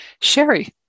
Sherry